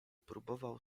próbował